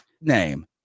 name